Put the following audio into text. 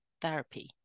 therapy